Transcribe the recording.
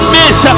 miss